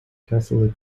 catholic